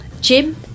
Jim